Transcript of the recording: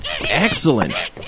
Excellent